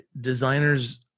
Designers